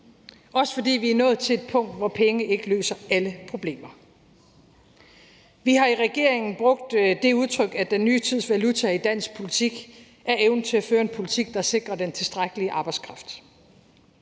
også fordi vi er nået til et punkt, hvor penge ikke løser alle problemer. Vi har i regeringen brugt det udtryk, at den nye tids valuta i dansk politik er evnen til at føre en politik, der sikrer den tilstrækkelige arbejdskraft.